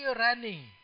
running